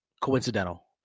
coincidental